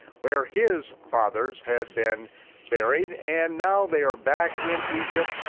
where his fathers had been buried, and now they are back in egypt.